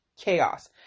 chaos